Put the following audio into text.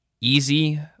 easy